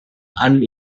and